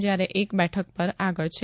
જ્યારે એક બેઠક પર આગળ છે